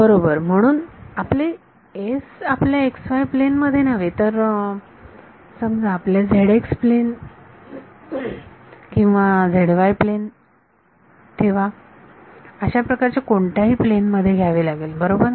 बरोबर म्हणून आपले S आपल्या xy प्लेन मध्ये नव्हे तर समजा आपल्या zx प्लेन किंवा zy प्लेन ठेवा अशा प्रकारच्या कोणत्यातरी प्लेन मध्ये घ्यावे लागेल बरोबर